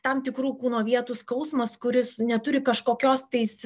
tam tikrų kūno vietų skausmas kuris neturi kažkokios tais